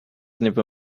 never